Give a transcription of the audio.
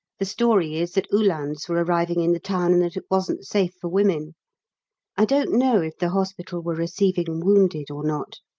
the story is that uhlans were arriving in the town, and that it wasn't safe for women i don't know if the hospital were receiving wounded or not.